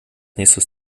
nächstes